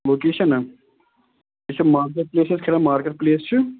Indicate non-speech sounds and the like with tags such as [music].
location نہ یہِ چھُ مارکیٹ پٕلیس چھُ [unintelligible] مارکیٹ پٕلیس چھُ